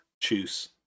choose